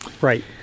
Right